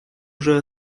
уже